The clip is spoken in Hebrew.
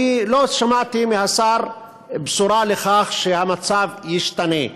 אני לא שמעתי מהשר בשורה שהמצב ישתנה.